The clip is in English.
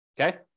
okay